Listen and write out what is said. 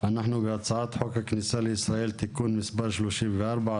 אנחנו בהצעת חוק הכניסה לישראל (תיקון מס' 34),